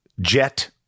jet